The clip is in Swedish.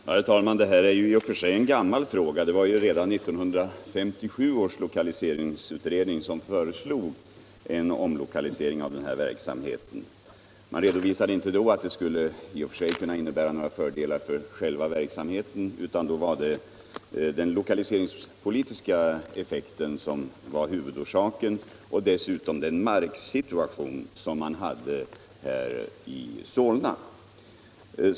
Herr talman! Det här är i och för sig en gammal fråga — det var redan 1957 års lokaliseringsutredning som föreslog en omlokalisering av verksamheten vid SCF. Man redovisade inte då att det i och för sig skulle kunna innebära några fördelar för själva verksamheten, utan det var den lokaliseringspolitiska effekten som var huvudorsaken och dessutom den marksituation som förelåg i Solna.